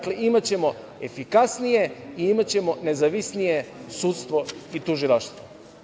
Dakle, imaćemo efikasnije i imaćemo nezavisnije sudstvo i tužilaštvo.